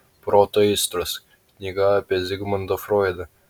proto aistros knyga apie zigmundą froidą